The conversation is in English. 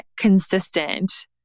consistent